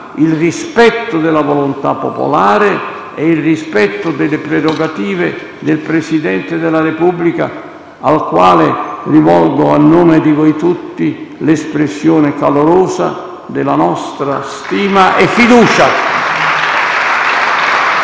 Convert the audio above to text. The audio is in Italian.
il rispetto della volontà popolare e il rispetto delle prerogative del Presidente della Repubblica al quale rivolgo, a nome di voi tutti, l'espressione calorosa della nostra stima e fiducia.